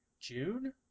june